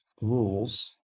rules